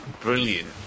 brilliant